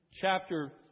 chapter